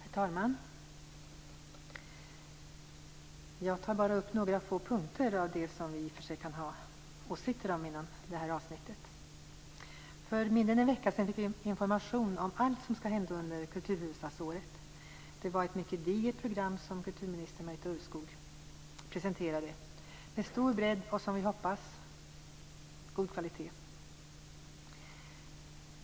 Herr talman! Jag tar bara upp några få punkter av det som vi i och för sig kan ha åsikter om inom det här avsnittet. För mindre än en vecka sedan fick vi information om allt som skall hända under kulturhuvudstadsåret. Det var ett mycket digert program som kulturminister Marita Ulvskog presenterade, med stor bredd och - som vi hoppas - god kvalitet.